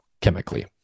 chemically